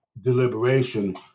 deliberation